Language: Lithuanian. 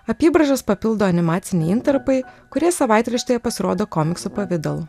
apybraižas papildo animaciniai intarpai kurie savaitraštyje pasirodo komiksų pavidalu